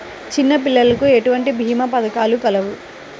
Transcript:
చిన్నపిల్లలకు ఎటువంటి భీమా పథకాలు కలవు?